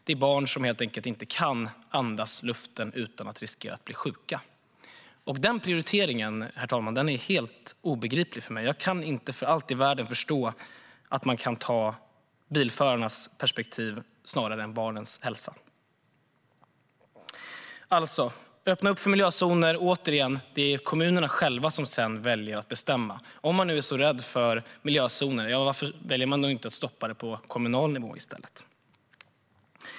Det är fråga om barn som helt enkelt inte kan andas luften utan att riskera att bli sjuka. Den prioriteringen, herr talman, är helt obegriplig för mig. Jag kan inte för allt i världen förstå att man kan ta bilförarnas perspektiv snarare än att prioritera barnens hälsa. Öppna alltså för miljözoner! Det är sedan kommunerna själva som bestämmer. Om man nu är så rädd för miljözoner, varför väljer man då inte att stoppa dem på kommunal nivå i stället?